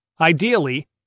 Ideally